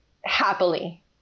happily